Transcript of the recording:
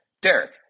Derek